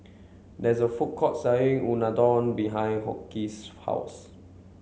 there is a food court selling Unadon behind Hoke's house